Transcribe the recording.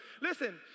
Listen